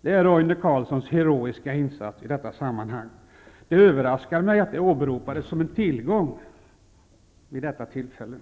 Det är Roine Carlssons heroiska insats i detta sammanhang. Det överraskade mig att det åberopades som en tillgång vid detta tillfälle.